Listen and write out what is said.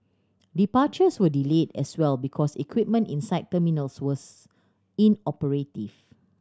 departures were delayed as well because equipment inside terminals was inoperative